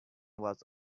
was